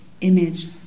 image